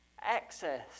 access